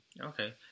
Okay